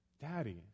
Daddy